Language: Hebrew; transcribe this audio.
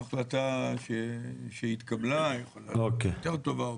ההחלטה שהתקבלה יכולה להיות יותר טובה,